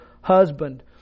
husband